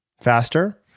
faster